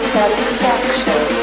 Satisfaction